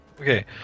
Okay